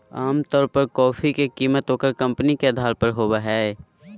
आमतौर पर कॉफी के कीमत ओकर कंपनी के अधार पर होबय हइ